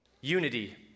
unity